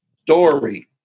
story